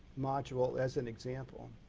module adds an example.